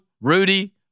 Rudy